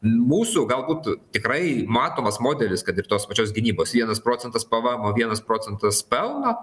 mūsų gal būtų tikrai matomas modelis kad ir tos pačios gynybos vienas procentas pvemo vienas procentas pelno